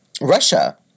Russia